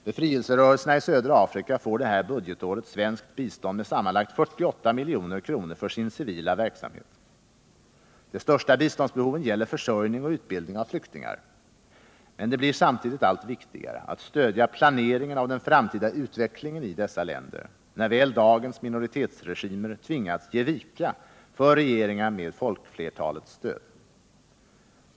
Befrielserörelserna i södra Afrika får det här budgetåret svenskt bistånd med sammanlagt 48 milj.kr. för sin civila verksamhet. De största biståndsbehoven gäller försörjning och utbildning av flyktingar. Men det blir samtidigt allt viktigare att stödja planeringen av den framtida utvecklingen i dessa länder, när väl dagens minoritetsregimer tvingats ge vika för regeringar med folkflertalets stöd.